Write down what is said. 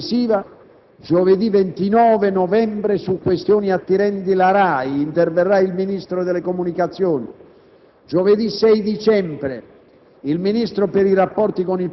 con trasmissione diretta televisiva: giovedì 29 novembre, su questioni attinenti la RAI interverrà il Ministro delle comunicazioni; giovedì 6 dicembre,